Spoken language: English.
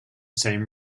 same